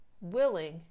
willing